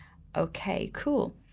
okay, cool.